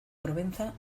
provenza